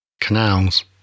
canals